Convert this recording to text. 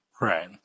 Right